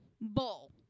bull